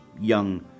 young